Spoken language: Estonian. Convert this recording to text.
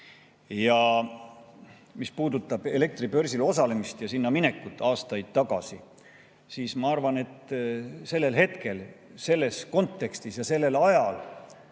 Ja mis puudutab elektribörsil osalemist ja sinna minekut aastaid tagasi, siis ma arvan, et sellel hetkel, selles kontekstis ja sellel ajal